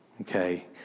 Okay